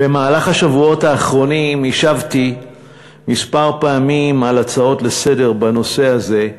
במהלך השבועות האחרונים השבתי כמה פעמים על הצעות לסדר בנושא הזה.